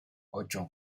ocho